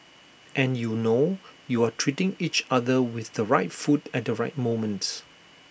and you know you are treating each other with the right food at the right moment